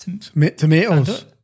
Tomatoes